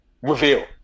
reveal